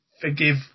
forgive